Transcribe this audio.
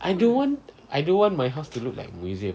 I don't want I don't want my house to look like museum